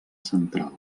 central